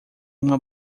uma